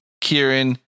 Kieran